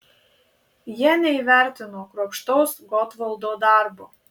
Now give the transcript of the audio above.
jie neįvertino kruopštaus gotvaldo darbo